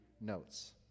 notes